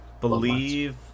believe